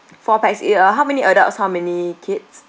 four pax it uh how many adults how many kids